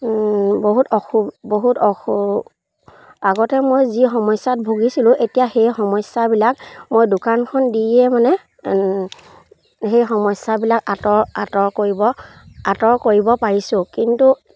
বহুত অসু বহুত অসু আগতে মই যি সমস্যাত ভুগিছিলোঁ এতিয়া সেই সমস্যাবিলাক মই দোকানখন দিয়ে মানে সেই সমস্যাবিলাক আঁতৰ আঁতৰ কৰিব আঁতৰ কৰিব পাৰিছোঁ কিন্তু